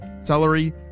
celery